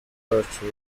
bacu